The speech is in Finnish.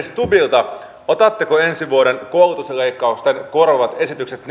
stubbilta otatteko ensi vuoden koulutusleikkaukset korvaavat esitykset